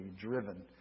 driven